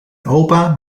opa